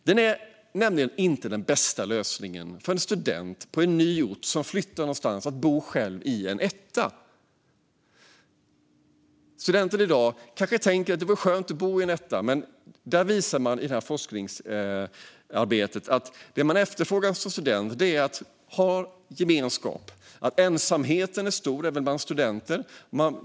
Det är nämligen inte den bästa lösningen för en student som flyttar till en ny ort att bo ensam i en etta. Studenter i dag kanske tänker att det är skönt att bo i en etta, men forskningsarbetet visar att det man efterfrågar som student är gemenskap. Ensamheten är stor även bland studenter.